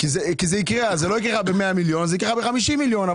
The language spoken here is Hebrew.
אז זה לא יקרה ב-100 מיליון אלא ב-50 מיליון,